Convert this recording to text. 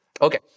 Okay